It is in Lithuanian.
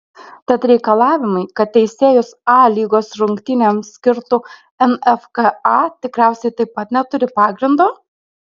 tad reikalavimai kad teisėjus a lygos rungtynėms skirtų nfka tikriausiai taip pat neturi pagrindo